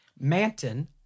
Manton